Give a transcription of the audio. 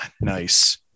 nice